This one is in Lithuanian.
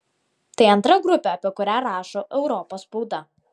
tai antra grupė apie kurią rašo europos spauda